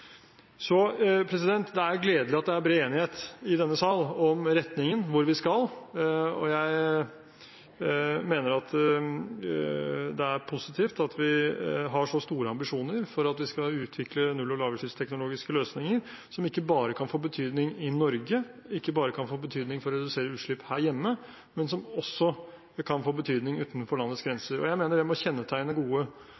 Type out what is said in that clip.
Så det er gledelig at det er bred enighet i denne sal om retningen – hvor vi skal – og jeg mener det er positivt at vi har så store ambisjoner om at vi skal utvikle null- og lavutslippsteknologiske løsninger, som ikke bare kan få betydning i Norge, som ikke bare kan få betydning for å redusere utslipp her hjemme, men som også kan få betydning utenfor landets grenser. Jeg mener det må kjennetegne gode